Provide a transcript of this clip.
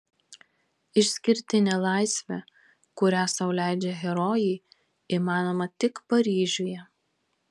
išskirtinė laisvė kurią sau leidžia herojai įmanoma tik paryžiuje